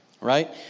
Right